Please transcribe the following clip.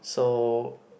so